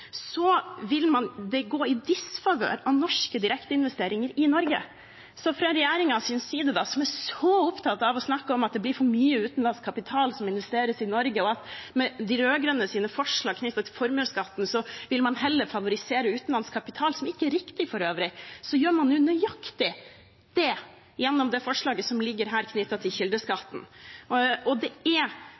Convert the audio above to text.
vil gå i disfavør av norske direkteinvesteringer i Norge. Så når man fra regjeringens side er så opptatt av å snakke om at det blir for mye utenlandsk kapital som investeres i Norge, og at man med de rød-grønnes forslag knyttet til formuesskatten heller vil favorisere utenlandsk kapital, som ikke er riktig for øvrig, gjør man jo nøyaktig det gjennom det forslaget som ligger her knyttet til kildeskatten. Det er